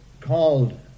called